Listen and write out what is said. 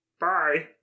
bye